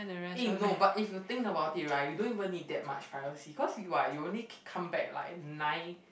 eh no but if you think about it right you don't even need that much privacy cause you what you only c~ come back like at nine